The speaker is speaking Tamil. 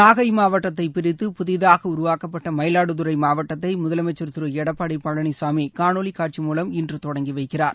நாகை மாவட்டத்தை பிரித்து புதிதாக உருவாக்கப்பட்ட மயிலாடுதுறை மாவட்டத்தை முதலமைச்சர் திரு எடப்பாடி பழனிசாமி காணொலி காட்சி மூவம் இன்று தொடங்கி வைக்கிறார்